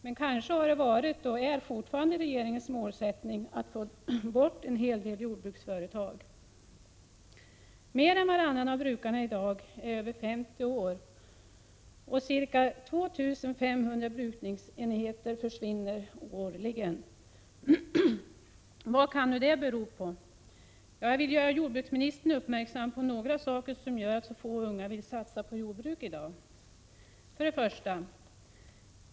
Men det kanske har varit, och kanske är, regeringens målsättning att få bort en hel del jordbruksföretag. Mer än varannan brukare i dag är över 50 år, och ca 2 500 brukningsenheter försvinner årligen. Vad kan det bero på? 1.